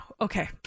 Okay